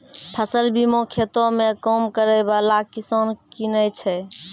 फसल बीमा खेतो मे काम करै बाला किसान किनै छै